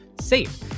safe